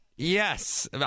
Yes